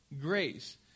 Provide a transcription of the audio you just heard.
Grace